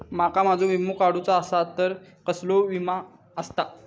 माका माझो विमा काडुचो असा तर कसलो विमा आस्ता?